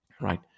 Right